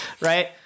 Right